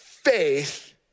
faith